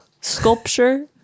sculpture